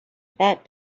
that